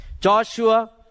Joshua